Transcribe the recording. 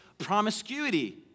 Promiscuity